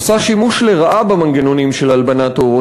עושה שימוש לרעה במנגנונים של הלבנת הון.